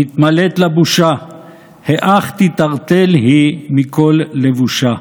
מתמלאת לה בושה, / היאך תתערטל היא מכל לבושה?